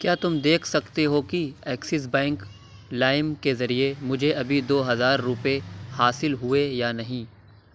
کیا تم دیکھ سکتے ہو کہ ایکسس بینک لائم کے ذریعے مجھے ابھی دو ہزار روپیے حاصل ہوئے یا نہیں